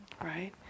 right